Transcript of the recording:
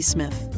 Smith